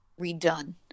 redone